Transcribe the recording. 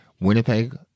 Winnipeg